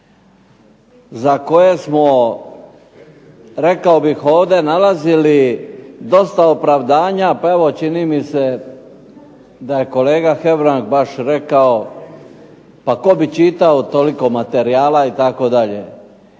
za koje smo rekao bih ovdje nalazili dosta opravdanja pa čini mi se da je kolega Hebrang baš rekao, pa tko bi čitao toliko materijala itd.